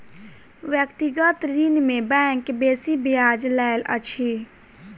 व्यक्तिगत ऋण में बैंक बेसी ब्याज लैत अछि